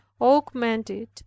augmented